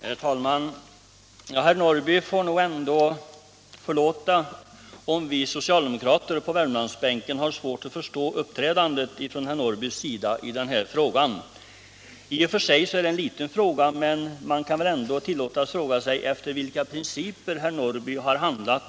Herr talman! Herr Norrby får förlåta om vi socialdemokrater på Värmlandsbänken har svårt att förstå herr Norrbys uppträdande i denna fråga. I och för sig är det en liten sak, men man kan väl ändå fråga sig, efter vilka principer herr Norrby handlar.